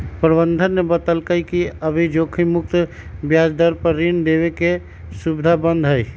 प्रबंधक ने बतल कई कि अभी जोखिम मुक्त ब्याज दर पर ऋण देवे के सुविधा बंद हई